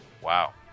Wow